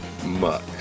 Muck